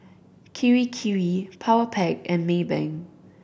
Kirei Kirei Powerpac and Maybank